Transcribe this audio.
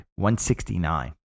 169